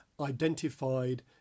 identified